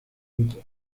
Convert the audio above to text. grupo